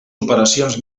operacions